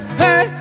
hey